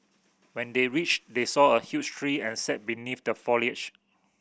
when they reached they saw a huge tree and sat beneath the foliage